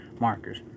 markers